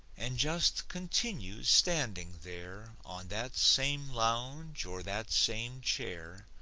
and just continues standing there on that same lounge or that same chair,